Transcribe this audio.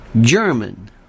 German